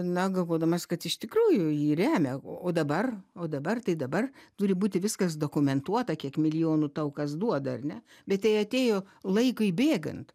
na galvodamas kad iš tikrųjų jį remia o dabar o dabar tai dabar turi būti viskas dokumentuota kiek milijonų tau kas duoda ar ne bet tai atėjo laikui bėgant